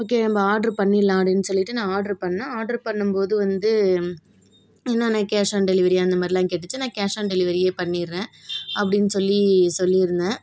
okay நம்ம order பண்ணிடலாம் அப்டின்னு சொல்லிவிட்டு நான் ஆட்ரு பண்ணேன் ஆட்ரு பண்ணும்போது வந்து என்னன்னா கேஷ் ஆன் டெலிவெரியா அந்த மாதிரிலாம் கேட்டுச்சு நான் கேஷ் ஆன் டெலிவெரியே பண்ணிட்றேன் அப்டின்னு சொல்லி சொல்லிருந்தேன்